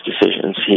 decisions